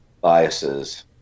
biases